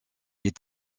est